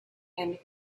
and